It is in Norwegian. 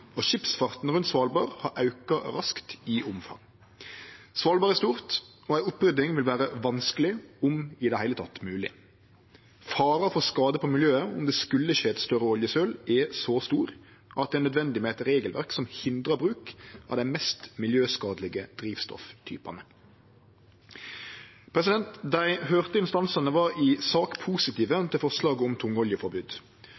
og skipsfarten rundt Svalbard har auka raskt i omfang. Svalbard er stort, og ei opprydding vil vere vanskeleg, om i det heile mogleg. Faren for skade på miljøet om det skulle skje eit større oljesøl, er så stor at det er nødvendig med eit regelverk som hindrar bruk av dei mest miljøskadelege drivstofftypane. Dei hørte instansane var i sak